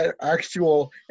actual